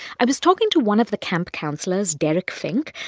i was talking to one of the camp counselors, derek fink.